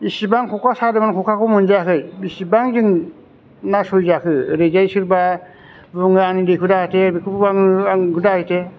इसिबां खखा सादोंमोन खखाखौबो मोनजायाखै बिसिबां जों नासयजाखो ओरैजाय सोरबा बुङो आंनि दैखौ दाहोथे बेखौबो आंनिखौ दा होथे